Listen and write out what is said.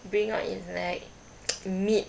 bring out in like mid